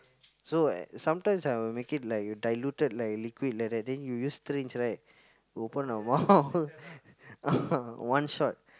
so sometimes I will make it like diluted like liquid like that then you use syringe right then you open the mouth ah one shot